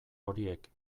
horiek